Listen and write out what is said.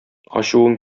ачуың